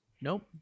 Nope